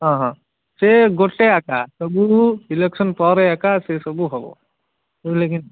ହଁ ହଁ ସେ ଗୋଟେ ଏକା ସବୁ ଇଲେକ୍ସନ୍ ପରେ ଏକା ସେସବୁ ହେବ ଲେକିନ